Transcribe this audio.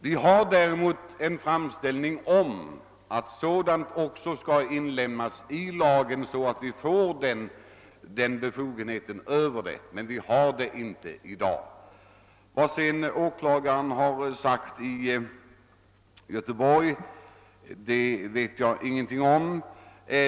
Vi har emellertid gjort framställning om att det skall i lagen inlemmas sådana bestämmelser att vi får befogenhet att granska även dessa preparat. Vad åklagaren i Göteborg uttalat vet jag ingenting om.